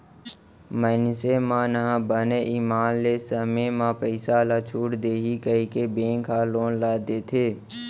मइनसे मन ह बने ईमान ले समे म पइसा ल छूट देही कहिके बेंक ह लोन ल देथे